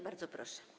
Bardzo proszę.